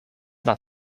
not